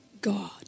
God